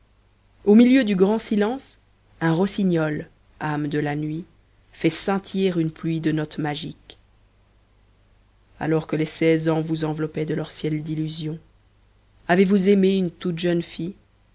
au milieu du grand silence un rossignol âme de la nuit fait scintiller une pluie de notes magiques alors que les seize ans vous enveloppaient de leur ciel d'illusions avez-vous aimé une toute jeune fille